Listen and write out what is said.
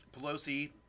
Pelosi